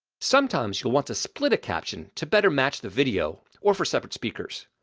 sometimes you'll want to split a caption to better match the video, or for separate speakers.